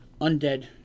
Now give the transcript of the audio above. undead